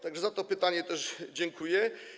Tak że za to pytanie też dziękuję.